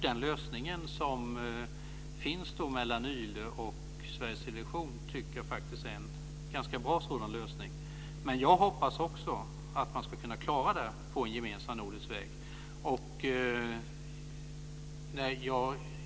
Den lösning som finns mellan YLE och Sveriges Television tycker jag faktiskt är ganska bra. Men också jag hoppas att man ska kunna klara detta på en gemensam nordisk väg.